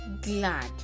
glad